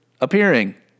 appearing